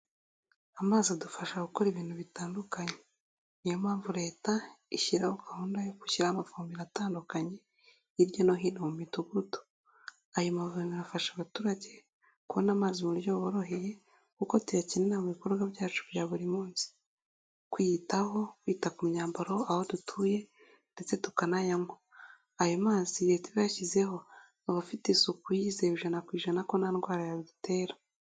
Amazi adufasha gukora ibintu bitandukanye. Ni yo mpamvu leta ishyiraho gahunda yo gushyira amavomero atandukanye hirya no hino mu midugudu. Ayo mavomero afasha abaturage kubona amazi mu buryo buboroheye kuko tuyakenera mu bikorwa byacu bya buri munsi. Kwiyitaho, kwita ku myambaro aho dutuye ndetse tukanayaywa. Ayo mazi leta iba yashyizeho aba afite isuku, yizewe ijana ku ijana ko nta ndwara yadutera.